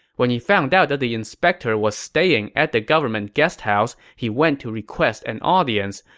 when he found out the the inspector was staying at the government guesthouse, he went to request an audience,